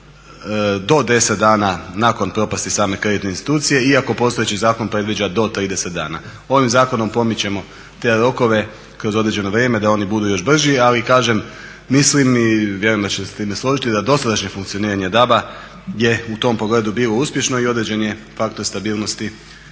do 10 dana nakon propasti same kreditne institucije iako postojeći zakon predviđa do 30 dana. Ovim zakonom pomiče te rokove kroz određeno vrijeme da oni budu još brži. Ali kažem, mislim i vjerujem da ćete se s time složiti da dosadašnje funkcioniranje DAB-a je u tom pogledu bilo uspješno i određen je faktor stabilnost